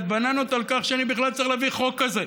בננות על כך שאני בכלל צריך להביא חוק כזה.